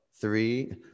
three